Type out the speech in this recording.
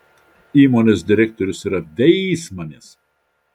įmonės direktorius yra veismanis